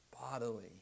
bodily